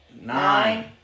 nine